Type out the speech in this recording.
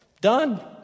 Done